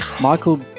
Michael